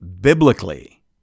biblically